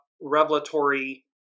revelatory